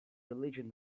religion